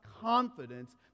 confidence